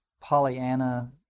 Pollyanna